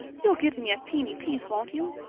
you'll give me a teeny piece, won't you?